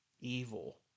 evil